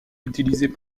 utilisée